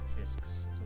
risks